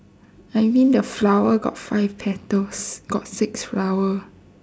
I mean the flower got five petals got six flower